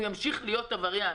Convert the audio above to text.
הוא ימשיך להיות עבריין.